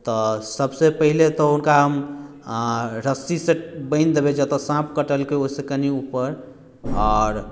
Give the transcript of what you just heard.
तऽ सबसे पहिले तऽ हुनका हम रस्सी से बान्हि देबै जतय साँप कटलकै ओहिसँ कनी ऊपर आओर